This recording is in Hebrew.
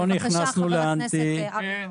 בבקשה, חבר הכנסת אבי מעוז.